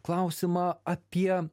klausimą apie